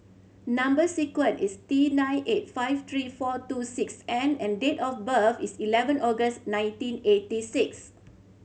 number sequence is T nine eight five three four two six N and date of birth is eleven August nineteen eighty six